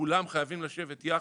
כולם חייבים לשבת יחד,